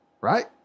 Right